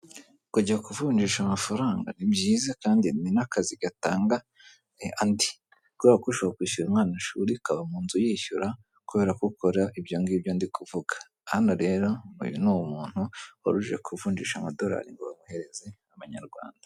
kujya kuvunjisha amafaranga ni byiza kandi ni n'akazi gatanga andi kubera ko ushobora kwishyura umwana ishuri ukaba mu nzu uyishyura kubera ko ukora ibyo ngibyo ndi kuvuga, hano rero uyu ni umuntu wari uje kuvunjisha amadolari ngo bamuhereze amanyarwanda.